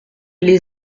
les